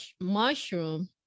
mushroom